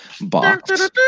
box